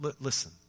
Listen